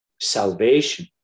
salvation